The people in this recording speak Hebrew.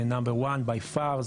זה מספר אחד by far,